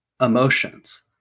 emotions